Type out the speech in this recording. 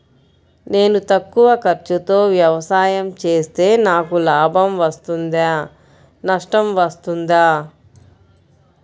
నేను తక్కువ ఖర్చుతో వ్యవసాయం చేస్తే నాకు లాభం వస్తుందా నష్టం వస్తుందా?